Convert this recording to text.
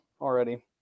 already